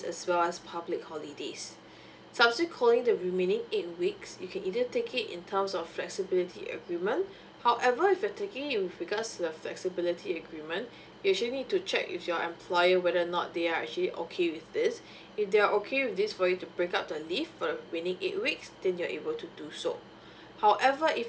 as well as public holidays subsequently the remaining eight weeks you can either take it in terms of flexibility agreement however if you are taking it with regards to the flexibility agreement you actually need to check with your employer whether or not they are actually okay with this if they are okay with this for you to break up the leave for the remaining eight weeks then you are able to do so however if